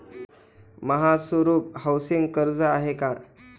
महासुपर हाउसिंग कर्ज आहे का?